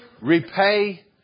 Repay